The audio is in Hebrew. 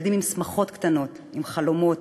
ילדים עם שמחות קטנות, עם חלומות,